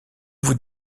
vous